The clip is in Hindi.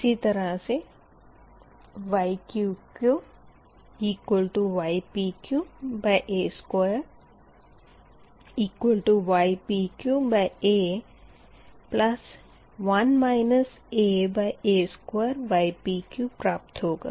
इसी तरह से Yqqypqa2ypqa1 aa2ypq प्राप्त होगा